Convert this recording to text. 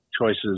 choices